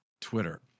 twitter